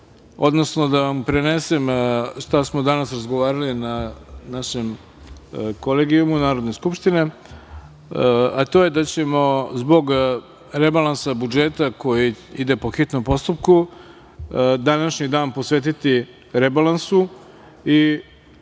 odnosno da vam prenesem šta smo danas razgovarali na Kolegijumu Narodne skupštine, a to je da ćemo zbog rebalansa budžeta, koji ide po hitnom postupku, današnji dan posvetiti rebalansu i shodno